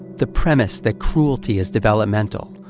the premise that cruelty is developmental,